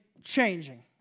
changing